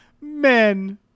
men